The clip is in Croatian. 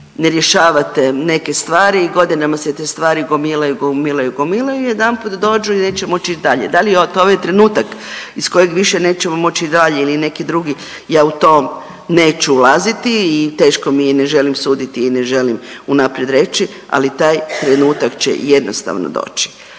ne rješavate neke stvari i godinama se te stvari gomilaju, gomilaju i gomilaju i jedanput dođu i neće moći dalje, da li je to ovaj trenutak iz kojeg više nećemo moći dalje ili neki drugi ja u to neću ulaziti i teško mi je i ne želim suditi i ne želim unaprijed reći, ali taj trenutak će jednostavno doći.